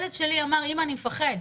הילד שלי אמר: אימא, אני מפחד.